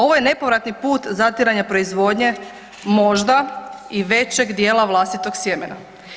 Ovo je nepovratni put zatiranja proizvodnje možda i većeg dijela vlastitog sjemena.